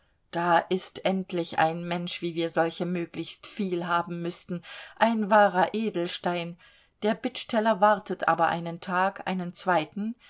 da ist endlich ein mensch wie wir solche möglichst viel haben müßten ein wahrer edelstein der bittsteller wartet aber einen tag einen zweiten